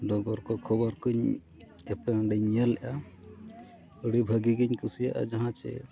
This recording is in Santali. ᱰᱚᱜᱚᱨ ᱠᱚ ᱠᱷᱚᱵᱚᱨ ᱠᱚᱧ ᱟᱯᱮ ᱚᱸᱰᱮᱧ ᱧᱮᱞᱮᱜᱼᱟ ᱟᱹᱰᱤ ᱵᱷᱟᱹᱜᱤ ᱜᱤᱧ ᱠᱩᱥᱤᱭᱟᱜᱼᱟ ᱡᱟᱦᱟᱸ ᱥᱮ